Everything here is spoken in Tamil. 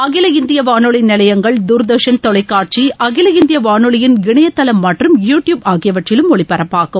அகில இந்திய வானொலி நிலையங்கள் தூர்தர்ஷன் தொலைக்காட்சி அகில இந்திய வானொலியின் இணையதளம் மற்றும் யூ டியூப் ஆகியவற்றிலும் ஒலிபரப்பாகும்